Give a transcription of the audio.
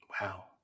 Wow